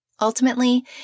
Ultimately